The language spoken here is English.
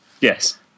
Yes